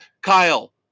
Kyle